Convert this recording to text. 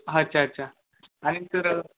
अच्छा अच्छा आणि सर